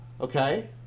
Okay